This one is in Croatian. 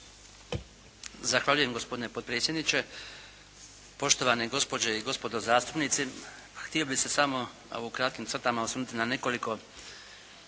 Zahvaljujem. Gospodine potpredsjedniče, poštovane gospođe i gospodo zastupnici. Htio bih se samo u kratkim crtama osvrnuti na nekoliko